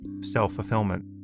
self-fulfillment